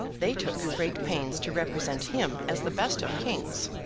they took great pains to represent him as the best of kings.